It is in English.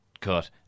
cut